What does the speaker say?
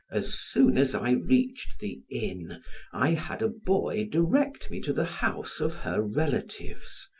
as soon as i reached the inn i had a boy direct me to the house of her relatives,